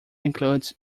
includes